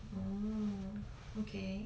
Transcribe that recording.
oo okay